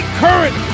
current